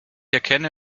erkenne